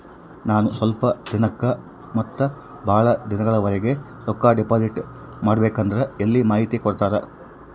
ನಾನು ಸ್ವಲ್ಪ ದಿನಕ್ಕ ಮತ್ತ ಬಹಳ ದಿನಗಳವರೆಗೆ ರೊಕ್ಕ ಡಿಪಾಸಿಟ್ ಮಾಡಬೇಕಂದ್ರ ಎಲ್ಲಿ ಮಾಹಿತಿ ಕೊಡ್ತೇರಾ?